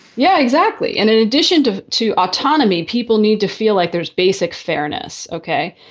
yeah, exactly. and in addition to to autonomy, people need to feel like there's basic fairness. ok,